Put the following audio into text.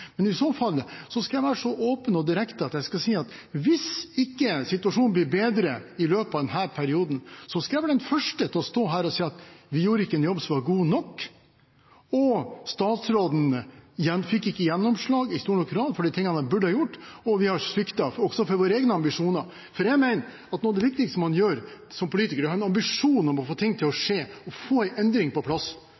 I så fall skal jeg være så åpen og direkte at jeg skal si at hvis situasjonen ikke blir bedre i løpet av denne perioden, skal jeg være den første til å stå her og si at vi gjorde ikke en jobb som var god nok, statsråden fikk ikke gjennomslag i stor nok grad for de tingene som burde vært gjort, og vi har sviktet også overfor egne ambisjoner. Jeg mener at noe av det viktigste man gjør som politiker, er å ha en ambisjon om å få ting til å